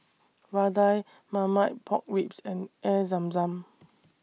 Vadai Marmite Pork Ribs and Air Zam Zam